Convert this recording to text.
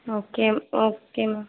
okay okay ma'am